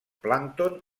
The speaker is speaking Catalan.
plàncton